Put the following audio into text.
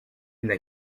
n’a